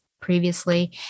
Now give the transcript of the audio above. previously